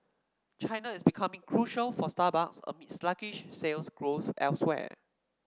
China is becoming crucial for Starbucks amid sluggish sales growth elsewhere